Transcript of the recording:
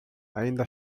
ainda